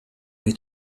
they